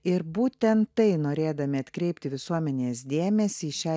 ir būtent tai norėdami atkreipti visuomenės dėmesį į šią